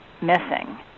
missing